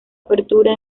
apertura